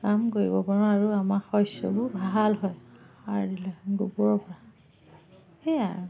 কাম কৰিব পাৰোঁ আৰু আমাৰ শস্যবোৰ ভাল হয় সাৰ দিলে গোবৰৰ পৰা সেয়াই আৰু